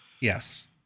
Yes